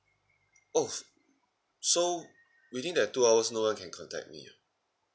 !oof! so within that two hours no one can contact me ah